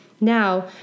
now